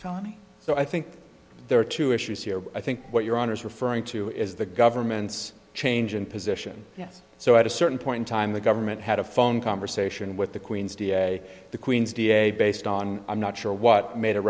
felony so i think there are two issues here i think what your honour's referring to is the government's change in position yes so at a certain point in time the government had a phone conversation with the queen's da the queen's da based on i'm not sure what made a